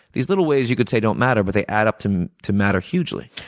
these little ways, you could say don't matter but they add up to to matter hugely.